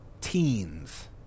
teens